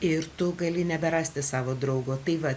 ir tu gali neberasti savo draugo tai va